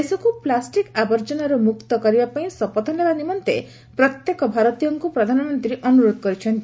ଦେଶକୁ ପ୍ଲାଷ୍ଟିକ୍ ଆବର୍ଜନାରୁ ମୁକ୍ତ କରିବା ପାଇଁ ଶପଥ ନେବା ନିମନ୍ତେ ପ୍ରତ୍ୟେକ ଭାରତୀୟଙ୍କୁ ପ୍ରଧାନମନ୍ତୀ ଅନୁରୋଧ କରିଛନ୍ତି